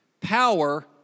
Power